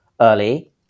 early